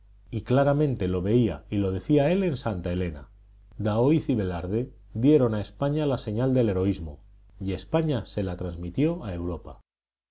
y claramente lo veía y lo decía él en santa elena daoíz y velarde dieron a españa la señal del heroísmo y españa se la transmitió a europa